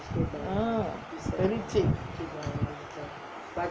ah very cheap